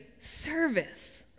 service